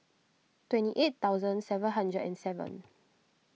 twenty eight thousand seven hundred and seven